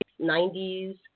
90s